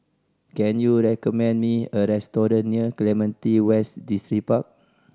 can you recommend me a restaurant near Clementi West Distripark